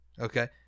Okay